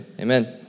amen